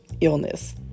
illness